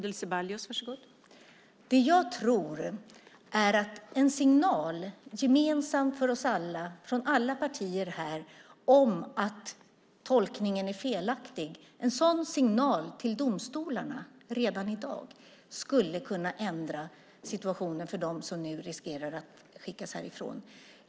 Fru talman! Jag tror att en gemensam signal från oss alla partier till domstolarna redan i dag om att tolkningen är felaktig skulle kunna ändra situationen för dem som nu riskerar att skickas härifrån.